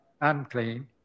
unclean